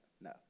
no